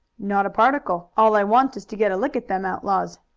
not a particle. all i want is to get a lick at them outlaws.